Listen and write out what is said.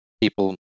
people